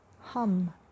hum